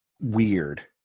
weird